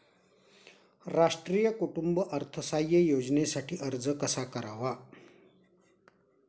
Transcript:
राष्ट्रीय कुटुंब अर्थसहाय्य योजनेसाठी अर्ज कसा करावा?